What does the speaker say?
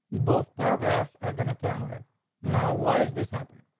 both paragraphs are gonna turn right now. why is this happening?